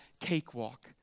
cakewalk